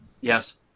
Yes